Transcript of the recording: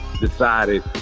decided